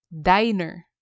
Diner